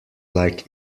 like